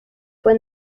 fue